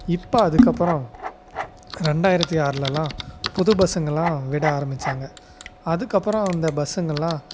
இப்போ அதுக்கப்புறோம் ரெண்டாயிரத்தி ஆறுலெலாம் புது பஸ்ஸுங்களெலாம் விட ஆரம்பித்தாங்க அதுக்கப்புறோம் அந்த பஸ்ஸுங்களெலாம்